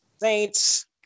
Saints